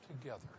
together